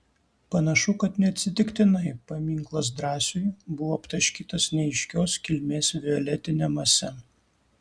panašu kad neatsitiktinai paminklas drąsiui buvo aptaškytas neaiškios kilmės violetine mase